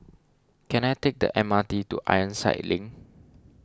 can I take the M R T to Ironside Link